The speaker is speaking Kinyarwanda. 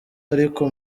ariko